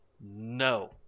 no